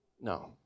No